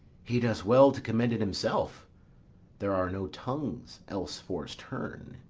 he does well to commend it himself there are no tongues else for's turn.